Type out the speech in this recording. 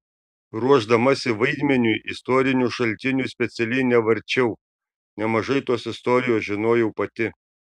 ruošdamasi vaidmeniui istorinių šaltinių specialiai nevarčiau nemažai tos istorijos žinojau pati